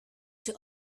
czy